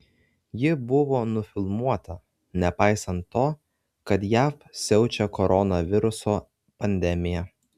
ji buvo nufilmuota nepaisant to kad jav siaučia koronaviruso pandemija